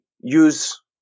use